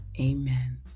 Amen